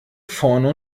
vorne